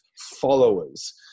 followers